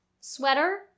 sweater